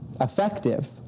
effective